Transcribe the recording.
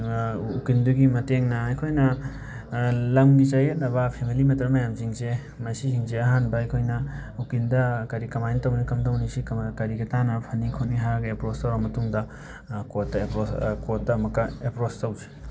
ꯎꯀꯤꯜꯗꯨꯒꯤ ꯃꯇꯦꯡꯅ ꯑꯩꯈꯣꯏꯅ ꯂꯝꯒꯤ ꯆꯌꯦꯠꯅꯕ ꯐꯦꯃꯤꯂꯤ ꯃꯦꯇꯔ ꯃꯌꯥꯃꯁꯤꯡꯁꯦ ꯃꯁꯤꯁꯤꯡꯁꯦ ꯑꯍꯥꯟꯕ ꯑꯩꯍꯣꯏꯅ ꯎꯀꯤꯟꯗ ꯀꯔꯤ ꯀꯃꯥꯏꯅ ꯇꯧꯅꯤ ꯀꯝꯗꯧꯅꯤ ꯁꯤ ꯀꯔꯤꯒ ꯇꯥꯟꯅꯔ ꯐꯅꯤ ꯈꯣꯠꯅꯤ ꯍꯥꯏꯔꯒ ꯑꯦꯄ꯭ꯔꯣꯆ ꯇꯧꯔ ꯃꯇꯨꯡꯗ ꯀꯣꯔꯠꯇ ꯑꯦꯄ꯭ꯔꯣꯁ ꯀꯣꯔꯠꯇ ꯑꯃꯨꯛꯀ ꯑꯦꯄ꯭ꯔꯣꯁ ꯇꯧꯖꯩ